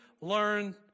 learn